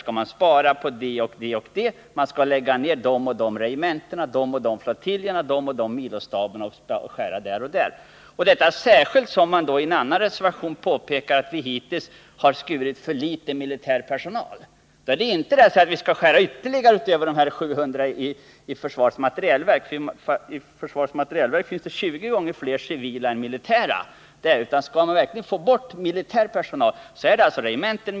vilka regementen, flottiljer och milostaber som skall läggas ned. Det hade verkligen varit bra om så hade skett, eftersom socialdemokraterna i reservation 5 påpekar att vi hittills i alltför liten utsträckning har reducerat den militära personalen. Det bör kanske innebära att vi inte ytterligare — utöver de 700 tjänsterna — skall minska personalen vid försvarets materielverk. Vid försvarets materielverk finns nämligen 20 gånger fler civilt än militärt anställda. S kall man verkligen få bort militär personal. är det regementen.